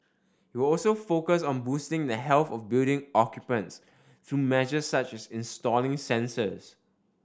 it will also focus on boosting the health of building occupants through measures such as installing sensors